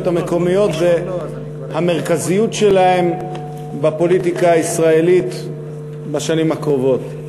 המקומיות והמרכזיות שלהן בפוליטיקה הישראלית בשנים הקרובות.